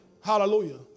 Hallelujah